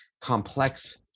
complex